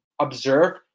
observe